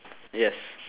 yes